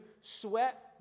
sweat